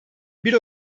bir